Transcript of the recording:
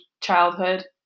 childhood